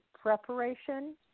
preparation